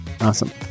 Awesome